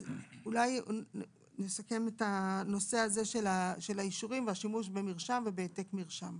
אולי נסכם את הנושא הזה של האישורים והשימוש במרשם ובהעתק מרשם.